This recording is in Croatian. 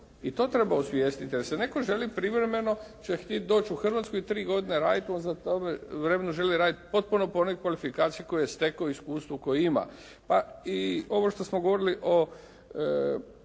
I to treba osvijestiti jer se netko želi privremeno će htjeti doći u Hrvatsku i tri godine raditi, on u tom vremenu želi raditi potpuno po onoj kvalifikaciji koju je stekao i iskustvu koje ima. Pa i ovo što smo govorili o